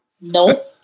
Nope